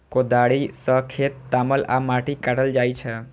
कोदाड़ि सं खेत तामल आ माटि काटल जाइ छै